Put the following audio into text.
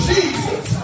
Jesus